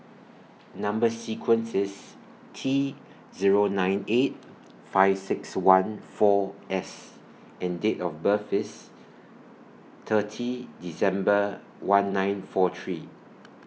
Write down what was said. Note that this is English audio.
Number sequence IS T Zero nine eight five six one four S and Date of birth IS thirty December one nine four three